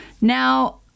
Now